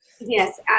Yes